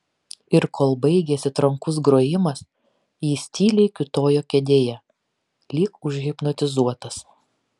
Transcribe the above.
ir kol baigėsi trankus grojimas jis tyliai kiūtojo kėdėje lyg užhipnotizuotas